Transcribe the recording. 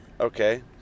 Okay